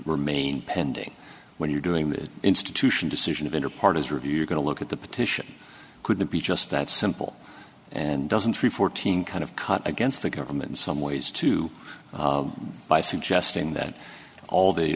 remain pending when you're doing that institution decision of enter part is review you're going to look at the petition could be just that simple and doesn't three fourteen kind of cut against the government some ways to by suggesting that all the